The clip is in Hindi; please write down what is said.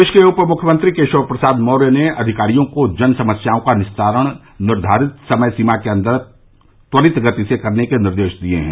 प्रदेश के उप मुख्यमंत्री केशव प्रसाद मौर्य ने अधिकारियों को जन समस्याओं का निस्तारण निर्धारित समय सीमा के अन्दर त्वरित गति से करने के निर्देश दिये हैं